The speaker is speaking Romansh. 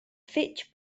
fetg